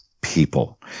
people